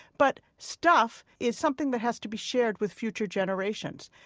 but stuff is something that has to be shared with future generations.